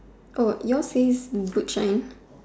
Oh yours says boot shine